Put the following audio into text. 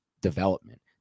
development